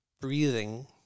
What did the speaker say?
breathing